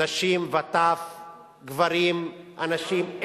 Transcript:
נשים וטף, גברים, אנשים.